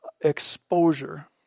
exposure